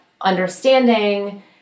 understanding